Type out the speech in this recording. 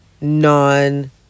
non